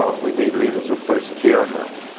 ah we need leaders who first care enough.